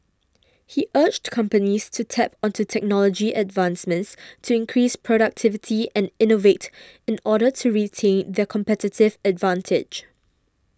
he urged companies to tap onto technology advancements to increase productivity and innovate in order to retain their competitive advantage